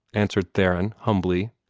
answered theron, humbly.